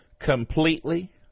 Completely